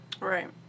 Right